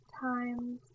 times